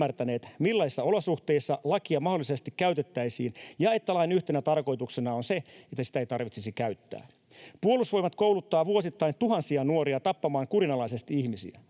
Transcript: millaisissa olosuhteissa lakia mahdollisesti käytettäisiin ja että lain yhtenä tarkoituksena on se, että sitä ei tarvitsisi käyttää. Puolustusvoimat kouluttaa vuosittain tuhansia nuoria tappamaan kurinalaisesti ihmisiä.